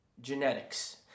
genetics